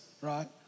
right